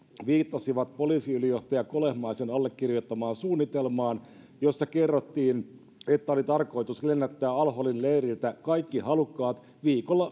viittasivat poliisiylijohtaja kolehmaisen allekirjoittamaan suunnitelmaan jossa kerrottiin että oli tarkoitus lennättää al holin reitiltä kaikki halukkaat viikolla